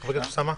חבר הכנסת אוסאמה.